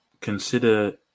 consider